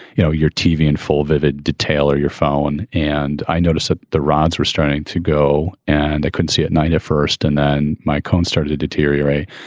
you know your tv in full, vivid detail or your phone. and i noticed that the rods were starting to go and they couldn't see at night at first. and then my cones started to deteriorate.